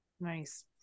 Nice